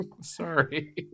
Sorry